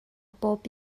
bob